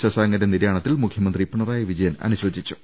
ശശാങ്കന്റെ നിര്യാണത്തിൽ മുഖ്യമന്ത്രി പിണറായി വിജയൻ അനുശോചിച്ചു